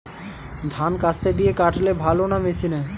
ধান কাস্তে দিয়ে কাটলে ভালো না মেশিনে?